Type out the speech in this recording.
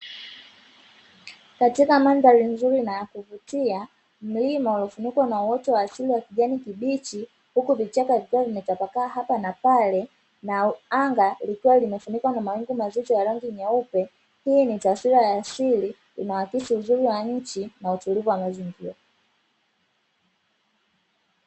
Katika mandhari nzuri na ya kuvutia mlima uliofunikwa na uoto wa asili wa kijani kibichi huku vichaka vikiwa vimetapakaa hapa na pale, na anga likiwa limefunikwa na mawingu mazito ya rangi nyeupe hii ni taswira ya asili inayoakisi uzuri wa nchi na utulivu wa mazingira.